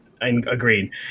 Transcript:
Agreed